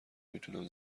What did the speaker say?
میتونم